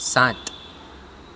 સાત